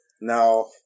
now